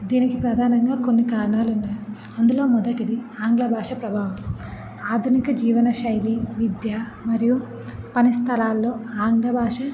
దీనికి ప్రధానంగా కొన్ని కారణాలున్నాయి అందులో మొదటిది ఆంగ్ల భాష ప్రభావం ఆధునిక జీవన శైలి విద్య మరియు పని స్థలాల్లో ఆంగ్ల భాష